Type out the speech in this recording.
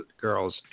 girls